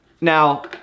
Now